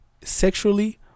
sexually